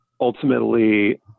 ultimately